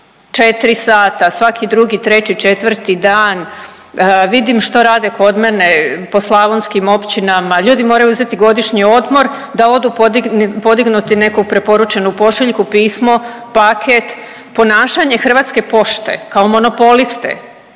4 sata svaki 2, 3, 4 dan, vidim što rade kod mene po slavonskim općinama, ljudi moraju uzeti godišnji odmor da odu podignuti neku preporučenu pismo, paket. Ponašanje Hrvatske pošte kao monopoliste